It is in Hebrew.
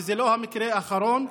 וזה לא המקרה הראשון,